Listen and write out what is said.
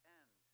end